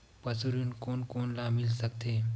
पशु ऋण कोन कोन ल मिल सकथे?